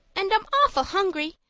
and i'm awful hungry.